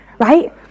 right